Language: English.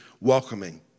welcoming